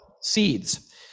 seeds